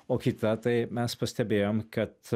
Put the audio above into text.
o kita tai mes pastebėjom kad